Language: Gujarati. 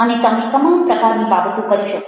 અને તમે તમામ પ્રકારની બાબતો કરી શકો